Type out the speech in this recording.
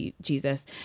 Jesus